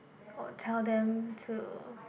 I will tell them to